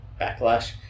backlash